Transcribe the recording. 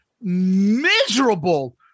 miserable